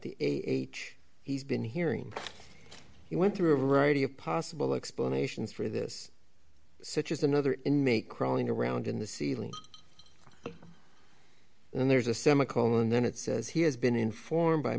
the way he's been hearing he went through a variety of possible explanations for this such as another inmate crawling around in the ceiling and there's a semi colon then it says he has been informed by